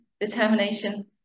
determination